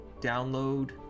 download